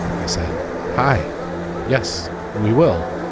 i said hi yes, we will.